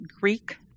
greek